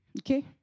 okay